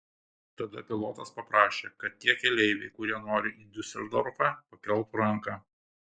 tada pilotas paprašė kad tie keleiviai kurie nori į diuseldorfą pakeltų ranką